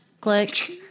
Click